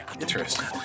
Interesting